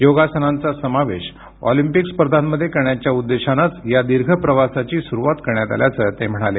योगासनांचा समावेश ऑलिंपिक स्पर्धांमध्ये करण्याच्या उद्देशानंच या दीर्घ प्रवासाची सुरुवात करण्यात आल्याचं ते म्हणाले